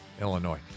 Illinois